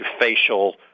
facial